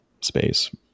space